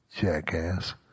jackass